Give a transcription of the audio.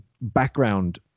background